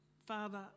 Father